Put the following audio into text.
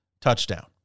touchdown